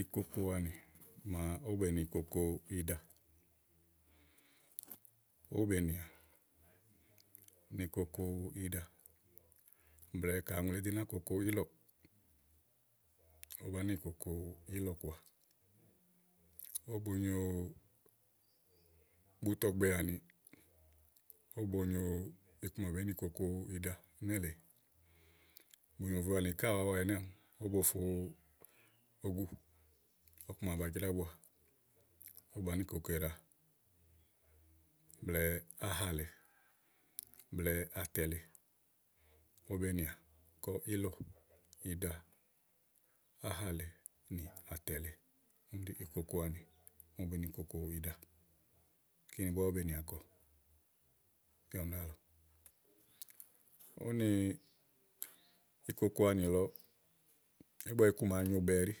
ikokoaní màa ówó be ni koko iɖa. Ówó bèe nìà ni koko ówò nì ɖa, blɛ̀ɛ ka ùŋle èé ɖo náa koko ílɔ̀, ówó bàá ni kòoko ílɔ̀ kɔà ówó bo nyo bútɔgbe àni, ówó bo nyo iku ma bèé ni koko iɖa nélèe bùyòvoè àni ká wàá wa ɛnɛ́ àámi bo fo ogu, ɔkuma ba jra ábua ówó bàá ni kòoko iɖa blɛ̀ɛ áhà lèe blɛ̀ɛ àtɛ̀ lèe ówó be nìà kɔ ílɔ̀, iɖa, áhà lèe nì àtɛ̀ lèe. Kíni ɖí ikokoanì kínì bèé ni koko iɖa. Kíni búá ówó be nìà kɔ yá úni ɖíàlɔ úni ikoko anì lɔ, ígbɔ iku ma nyòobe ɛɖí.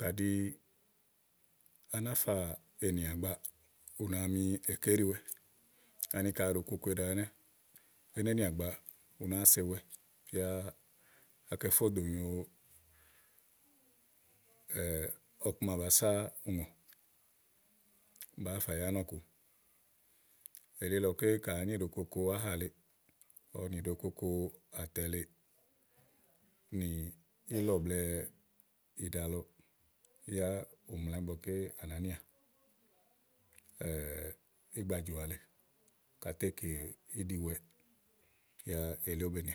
Kàɖi á ná fà ènìà gbàa, ù nà mi èkè íɖiwɛ, ani ka à ɖe koko iɖa ɛnɛ́, é né gbàa, ù nàáa sewɛ, yá àá kɛ fó dò yènyo ɔku ma bàa sá ùŋò bàáa fà ya ánɔ̀ku elílɔké ka àá ni ɖòo koko áhà lèe, ɔwɔ nì ɖòo koko àtɛ̀ lèeè, ŋì ílɔ̀ blɛ̀ɛ iɖa lɔ yá ù mla ígbɔké à nàá nià ígbajɔ̀à lèe kàá te kè íɖi ɔwɛ yá elí owo be nì.